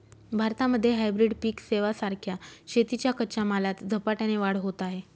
भारतामध्ये हायब्रीड पिक सेवां सारख्या शेतीच्या कच्च्या मालात झपाट्याने वाढ होत आहे